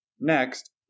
Next